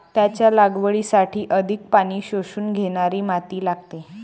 त्याच्या लागवडीसाठी अधिक पाणी शोषून घेणारी माती लागते